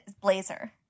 blazer